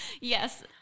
Yes